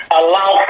allow